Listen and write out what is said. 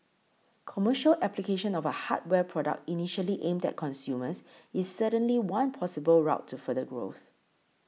commercial application of a hardware product initially aimed at consumers is certainly one possible route to further growth